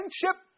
Friendship